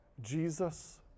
Jesus